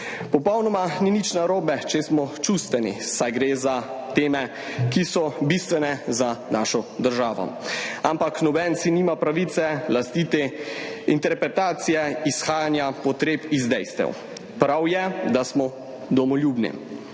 Popolnoma nič ni narobe, če smo čustveni, saj gre za teme, ki so bistvene za našo državo, ampak nihče si nima pravice lastiti interpretacije izhajanja potreb iz dejstev. Prav je, da smo domoljubni